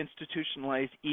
institutionalized